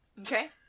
okay